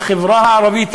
לחברה הערבית,